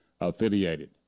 affiliated